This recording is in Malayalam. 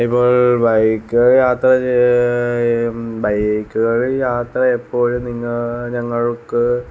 ഇപ്പോൾ ബൈക്കുകളിൽ യാത്ര ചെയ്യുക ബൈക്കുകളിൽ യാത്ര എപ്പോഴും നിങ്ങൾ ഞങ്ങൾക്ക്